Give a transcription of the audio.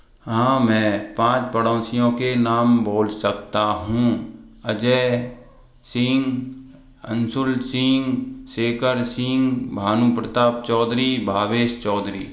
हाँ मैं पाँच पड़ोसियों के नाम बोल सकता हूँ अजय सिंह अंशुल सिंह शेखर सिंह भानु प्रताप चौधरी भावेश चौधरी